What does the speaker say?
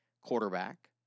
quarterback